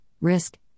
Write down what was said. risk